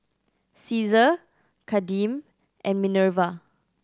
Caesar Kadeem and Minerva